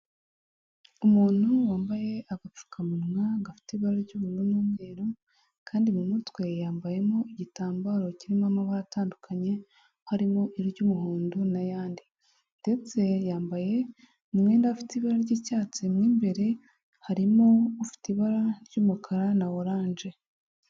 Umuntu wambaye agapfukamunwa gafite ibara ry'ubururu n'umweru kandi mu mutwe yambayemo igitambaro kirimo amabara atandukanye, harimo iry'umuhondo n'ayandi. Ndetse yambaye umwenda afite ibara ry'icyatsi mo imbere harimo ufite ibara ry'umukara na oranje.